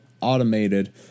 automated